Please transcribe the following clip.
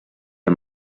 amb